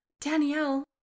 Danielle